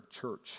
church